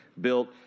built